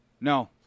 No